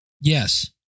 Yes